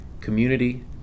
community